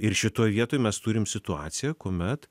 ir šitoj vietoj mes turim situaciją kuomet